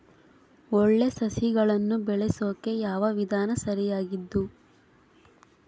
ಒಳ್ಳೆ ಸಸಿಗಳನ್ನು ಬೆಳೆಸೊಕೆ ಯಾವ ವಿಧಾನ ಸರಿಯಾಗಿದ್ದು?